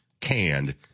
canned